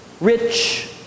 Rich